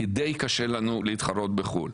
כי די קשה לנו להתחרות בחו"ל.